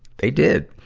they did.